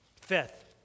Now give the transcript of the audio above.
Fifth